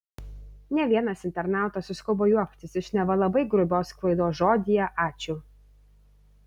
ne vienas internautas suskubo juoktis iš neva labai grubios klaidos žodyje ačiū